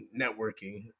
networking